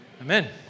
Amen